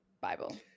Bible